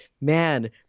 man